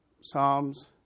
Psalms